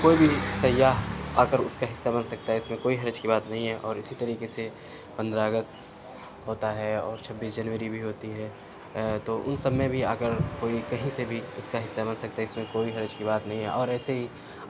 کوئی بھی سیاح آکر اس کا حصہ بن سکتا ہے اس میں کوئی حرج کی بات نہیں ہے اور اسی طریقے سے پندرہ اگست ہوتا ہے اور چھبیس جنوری بھی ہوتی ہے اے تو ان سب میں بھی آ کر کوئی کہیں سے بھی اس کا حصہ بن سکتا ہے اس میں کوئی حرج کی بات نہیں ہے اور ایسے ہی